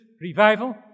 revival